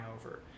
over